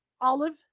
Olive